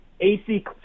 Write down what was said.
ac